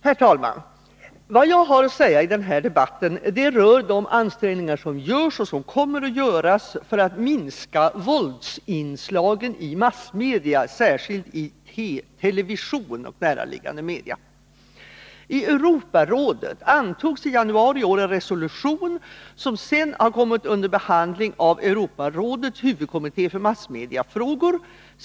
Herr talman! Vad jag har att säga i denna debatt rör de ansträngningar som görs och kommer att göras för att minska våldsinslagen i massmedia, särskilt i television och närliggande media. I Europarådet antogs i januari i år en resolution, som sedan har kommit under behandling av Europarådets huvudkommitté för massmediafrågor.